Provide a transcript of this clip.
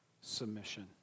submission